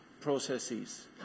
processes